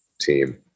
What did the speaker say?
team